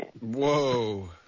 Whoa